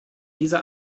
dieser